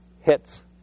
Hits